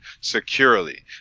securely